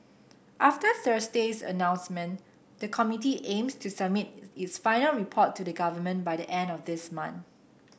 after Thursday's announcement the committee aims to submit its final report to the Government by the end of this month